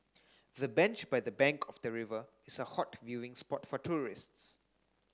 the bench by the bank of the river is a hot viewing spot for tourists